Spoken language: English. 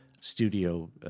studio